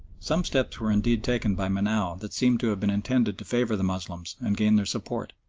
some steps were indeed taken by menou that seem to have been intended to favour the moslems and gain their support.